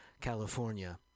California